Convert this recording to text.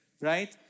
right